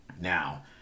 Now